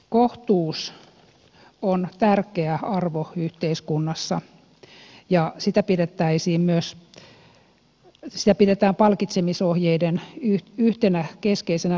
kohtuus on tärkeä arvo yhteiskunnassa ja sitä pidetään palkitsemisohjeiden yhtenä keskeisenä lähtökohtana